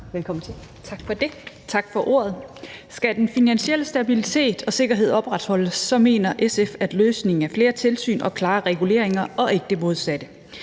Berg Andersen (SF): Tak for ordet. Skal den finansielle stabilitet og sikkerhed opretholdes, mener SF, at løsningen er flere tilsyn og klare reguleringer og ikke det modsatte.